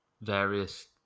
various